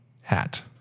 hat